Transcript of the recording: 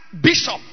bishop